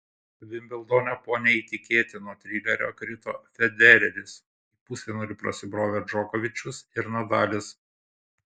vimbldone po neįtikėtino trilerio krito federeris į pusfinalį prasibrovė džokovičius ir nadalis